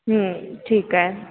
जी ठीकु आहे